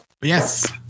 yes